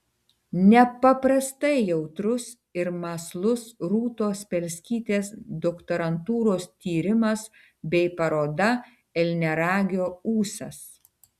nepaprastai jautrus ir mąslus rūtos spelskytės doktorantūros tyrimas bei paroda elniaragio ūsas